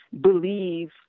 believe